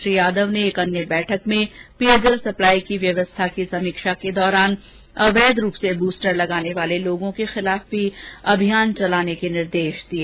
श्री यादव ने एक अन्य बैठक में पेयजल सप्लाई की व्यवस्था की समीक्षा के दौरान अवैध रूप से बूस्टर लगाने वाले लोगों के खिलाफ भी अभियान चलाने के निर्देष दिए